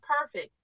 perfect